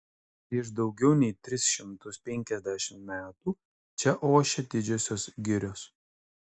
prieš daugiau nei tris šimtus penkiasdešimt metų čia ošė didžiosios girios